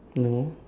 no